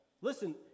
Listen